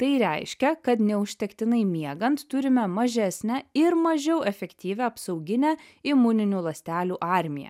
tai reiškia kad neužtektinai miegant turime mažesnę ir mažiau efektyvią apsauginę imuninių ląstelių armiją